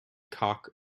cock